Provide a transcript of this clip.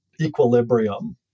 equilibrium